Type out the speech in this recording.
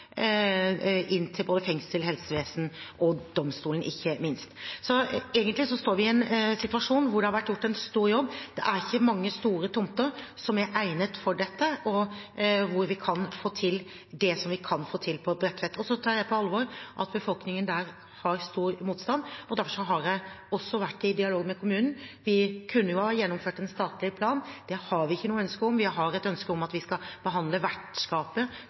inn til våre fengsler, til helsevesenet og ikke minst til domstolen. Egentlig står vi i en situasjon hvor det er blitt gjort en stor jobb. Det er ikke mange store tomter som er egnet for dette, og hvor vi kan få til det vi kan få til på Bredtvet. Jeg tar på alvor at det er stor motstand i befolkningen der. Derfor har jeg også vært i dialog med kommunen. Vi kunne ha gjennomført en statlig plan, men det har vi ikke noe ønske om. Vi har et ønske om at vi skal behandle vertskapet